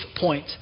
point